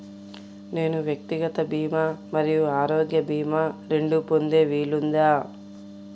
నేను వ్యక్తిగత భీమా మరియు ఆరోగ్య భీమా రెండు పొందే వీలుందా?